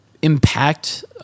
Impact